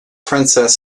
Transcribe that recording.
princess